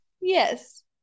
Yes